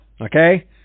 okay